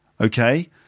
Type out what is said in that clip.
Okay